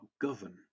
govern